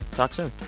talk soon